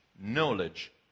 knowledge